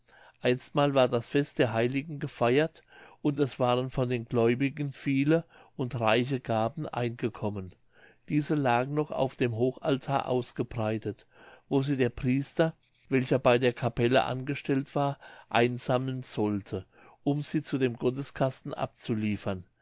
einstmals war das fest der heiligen gefeiert und es waren von den gläubigen viele und reiche gaben eingekommen diese lagen noch auf dem hochaltar ausgebreitet wo sie der priester welcher bei der kapelle angestellt war einsammeln sollte um sie zu dem gotteskasten abzuliefern